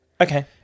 Okay